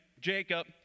Jacob